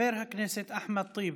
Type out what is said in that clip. חבר הכנסת אחמד טיבי,